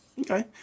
okay